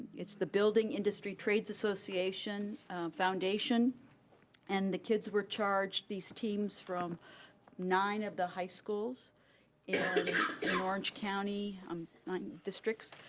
it's the building industry trades association foundation and the kids were charged, these teams from nine of the high schools in orange county um districts,